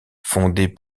fondés